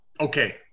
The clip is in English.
okay